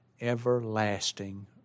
everlasting